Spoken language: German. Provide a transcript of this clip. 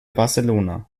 barcelona